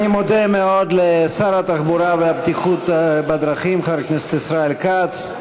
אני מודה מאוד לשר התחבורה והבטיחות בדרכים חבר הכנסת ישראל כץ,